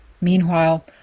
Meanwhile